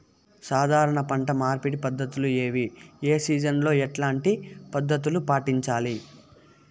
సాధారణ పంట మార్పిడి పద్ధతులు ఏవి? ఏ సీజన్ లో ఎట్లాంటి పద్ధతులు పాటించాలి?